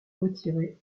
retirer